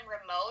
remote